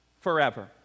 forever